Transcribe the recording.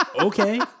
Okay